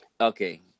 Okay